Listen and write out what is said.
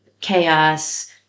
chaos